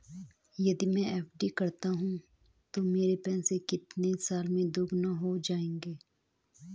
यदि मैं एफ.डी करता हूँ तो मेरे पैसे कितने साल में दोगुना हो जाएँगे?